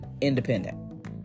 independent